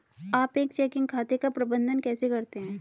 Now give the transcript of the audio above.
आप एक चेकिंग खाते का प्रबंधन कैसे करते हैं?